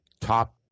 top